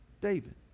David